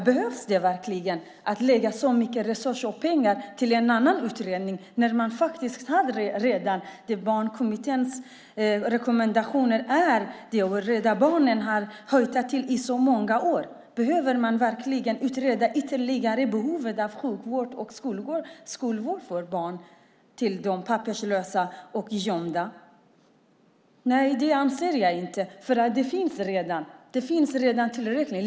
Behöver man verkligen lägga så mycket resurser och pengar på en annan utredning när man faktiskt redan har barnkommitténs rekommendationer? Rädda Barnen har också betonat detta i så många år. Behöver man verkligen utreda behovet av sjukvård och skolgång för papperslösa och gömda barn ytterligare? Jag anser inte det eftersom detta redan har utretts tillräckligt.